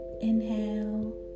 inhale